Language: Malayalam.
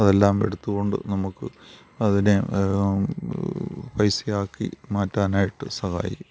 അതെല്ലാം എടുത്തുകൊണ്ട് നമുക്ക് അതിനെ പൈസയാക്കി മാറ്റാനായിട്ട് സഹായിക്കും